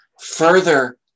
further